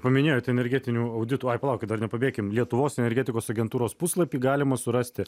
paminėjot energetinių auditų ai palaukit dar nepabėkime lietuvos energetikos agentūros puslapyje galima surasti